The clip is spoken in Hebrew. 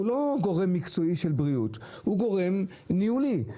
הוא לא גורם מקצועי של בריאות, הוא גורם ניהולי.